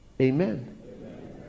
Amen